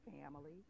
family